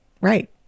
right